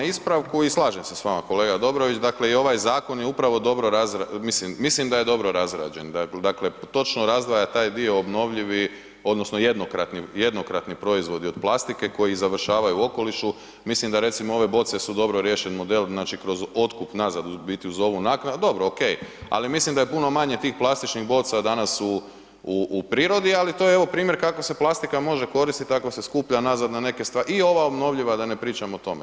Hvala na ispravku i slažem se s vama kolega Dobrović, dakle i ovaj zakon je upravo dobro razrađen, mislim, mislim da je dobro razrađen, dakle točno razdvaja taj dio obnovljivi odnosno jednokratni, jednokratni proizvodi od plastike koji završavaju u okolišu, mislim da recimo ove boce su dobro riješen model, znači kroz otkup nazad u biti uz ovu naknadu, dobro okej, ali mislim da je puno manje tih plastičnih boca danas u, u, u prirodi, ali to je evo primjer kako se plastika može koristit ako se skuplja nazad na neke stvari i ova obnovljiva da ne pričam o tome.